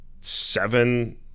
Seven